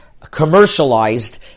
commercialized